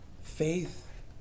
Faith